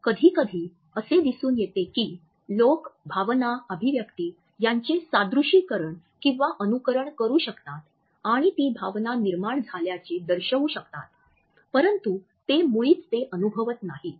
कधीकधी असे दिसून येते की लोक भावना अभिव्यक्ती यांचे सादृशीकरण किंवा अनुकरण करू शकतात आणि ती भावना निर्माण झाल्याचे दर्शवू शकतात परंतु ते मुळीच ते अनुभवत नाहीत